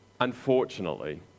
Unfortunately